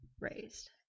raised